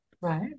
right